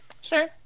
Sure